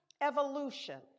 evolution